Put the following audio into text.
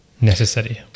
necessary